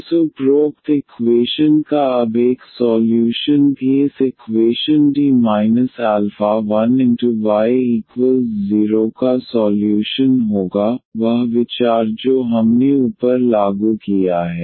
इस उपरोक्त इक्वेशन का अब एक सॉल्यूशन भी इस इक्वेशन y0 का सॉल्यूशन होगा वह विचार जो हमने ऊपर लागू किया है